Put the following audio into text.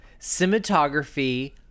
cinematography